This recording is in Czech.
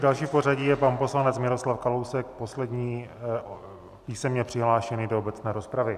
Další v pořadí je pan poslanec Miroslav Kalousek, poslední písemně přihlášený do obecné rozpravy.